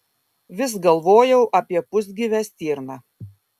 vis galvojau apie pusgyvę stirną